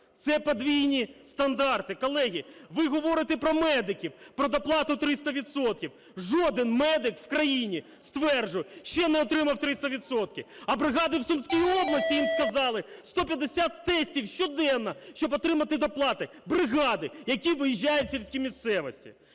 Це подвійні стандарти. Колеги, ви говорите про медиків, про доплату 300 відсотків. Жоден медик у країні, стверджую, ще не отримав 300 відсотків, а бригади у Сумській області, їм сказали: 150 тестів щоденно, щоб отримати доплати. Бригади, які виїжджають у сільські місцевості.